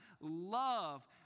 love